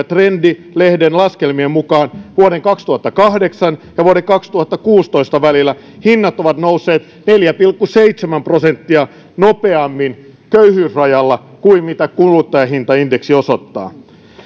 trendit lehden laskelmien mukaan vuoden kaksituhattakahdeksan ja vuoden kaksituhattakuusitoista välillä hinnat ovat nousseet neljä pilkku seitsemän prosenttia nopeammin köyhyysrajalla kuin mitä kuluttajahintaindeksi osoittaa